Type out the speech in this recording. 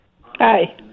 Hi